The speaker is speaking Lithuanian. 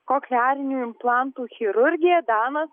kochlearinių implantų chirurgė dana